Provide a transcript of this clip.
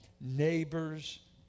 neighbors